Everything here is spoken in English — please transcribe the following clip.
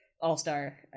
all-star